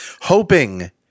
hoping